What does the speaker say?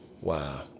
Wow